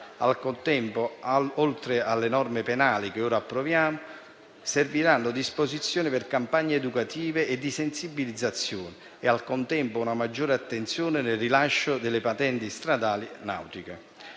Al contempo, oltre alle norme penali che stiamo per approvare, serviranno disposizioni per campagne educative e di sensibilizzazione e altresì una maggiore attenzione nel rilascio delle patenti stradali e nautiche.